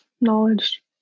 knowledge